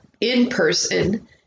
in-person